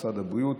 משרד הבריאות,